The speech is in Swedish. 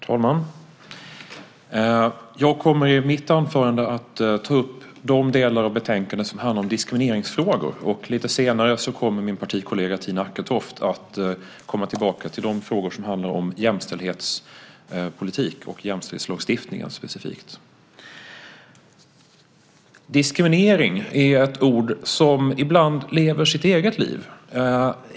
Herr talman! Jag kommer i mitt anförande att ta upp de delar av betänkandet som handlar om diskrimineringsfrågor, och lite senare kommer min partikollega Tina Acketoft att komma tillbaka till de frågor som handlar om jämställdhetspolitik, och jämställdhetslagstiftningen specifikt. Diskriminering är ett ord som ibland lever sitt eget liv.